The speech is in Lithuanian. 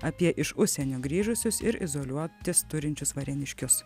apie iš užsienio grįžusius ir izoliuotis turinčius varėniškius